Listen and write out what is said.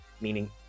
meaning